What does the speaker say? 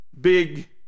big